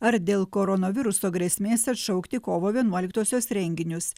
ar dėl koronaviruso grėsmės atšaukti kovo vienuoliktosios renginius